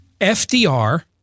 FDR